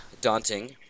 daunting